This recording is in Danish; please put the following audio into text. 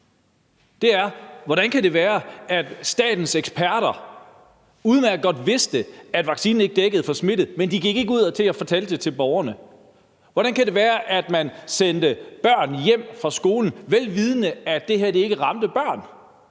spørge: Hvordan kan det være, at statens eksperter udmærket godt vidste, at vaccinen ikke dækkede for smitte, men ikke gik ud og fortalte det til borgerne? Hvordan kan det være, at man sendte børn hjem fra skole, vel vidende at det her ikke ramte børn?